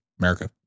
America